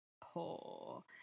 poor